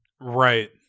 Right